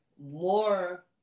more